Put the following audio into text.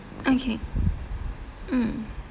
okay mm